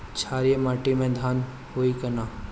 क्षारिय माटी में धान होई की न?